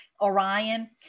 Orion